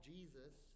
Jesus